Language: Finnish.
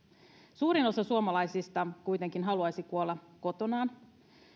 suurin osa suomalaisista kuitenkin haluaisi kuolla kotonaan